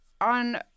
on